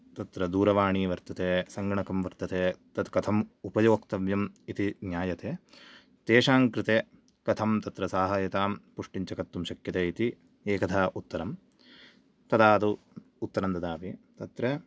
तत्र दूरवाणी वर्तते सङ्गणकं वर्तते तत् कथम् उपयोक्तव्यम् इति ज्ञायते तेषां कृते कथं तत्र साहायतां पुष्टिं च कर्तुं शक्यते इति एकधा उत्तरं तदादौ उत्तरं ददामि तत्र